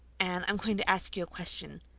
anne, i'm going to ask you a question.